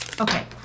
Okay